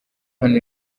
hano